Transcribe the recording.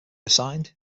assigned